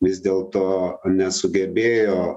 vis dėlto nesugebėjo